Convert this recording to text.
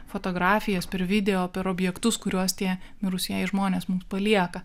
fotografijas per video apie objektus kuriuos tie mirusieji žmonės mums palieka